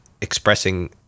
expressing